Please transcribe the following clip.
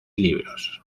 libros